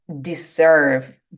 deserve